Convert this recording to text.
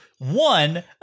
one